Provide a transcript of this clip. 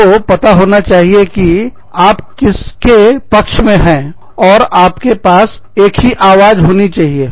आपको पता होना चाहिए कि आप किसके पक्ष में हैं और आपके पास एक ही आवाज़ होनी चाहिए